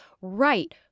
right